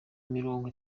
mirongo